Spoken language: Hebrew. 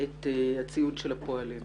את הציוד של הפועלים.